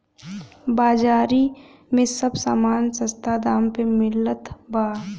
बाजारी में सब समान सस्ता दाम पे मिलत बा